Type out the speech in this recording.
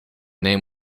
name